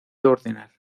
ordenar